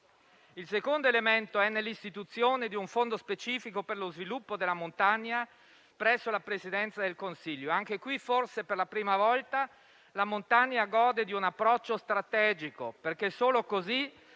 Il secondo elemento è l'istituzione di un fondo specifico per lo sviluppo della montagna, presso la Presidenza del Consiglio dei ministri. Anche qui, forse per la prima volta, la montagna gode di un approccio strategico, perché solo così